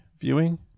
viewing